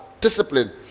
discipline